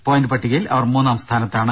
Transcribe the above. point പട്ടികയിൽ അവർ മൂന്നാം സ്ഥാനത്താണ്